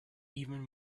even